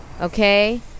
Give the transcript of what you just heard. okay